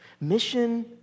Mission